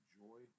joy